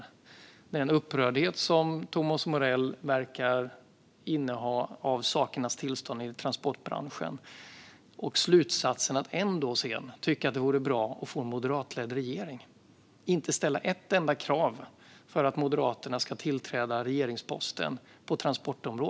Det gäller den upprördhet som Thomas Morell verkar ha inför sakernas tillstånd inom transportbranschen och att han ändå drar slutsatsen att det vore bra att få en moderatledd regering. Han ställer inte ett enda krav på transportområdet för att Moderaterna ska få tillträda regeringsposten.